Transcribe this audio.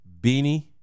Beanie